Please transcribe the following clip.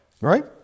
Right